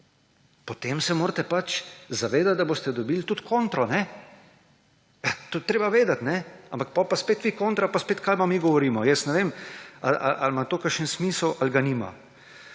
potem se morate zavedati, da boste dobili tudi kontro. To je treba vedeti. Ampak potem pa spet vi kontra pa spet kaj vam mi govorimo. Jaz ne vem, ali ima to kakšen smisel ali ga nima.